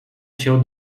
się